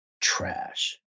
Trash